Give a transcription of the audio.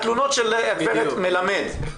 התלונות של גברת מלמד.